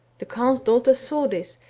the carle's daughter saw this,